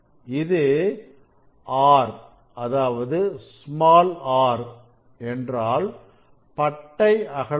இது r என்றாள் பட்டை அகலம் என்பது Rn